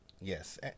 yes